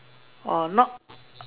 or not